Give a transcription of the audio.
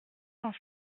cent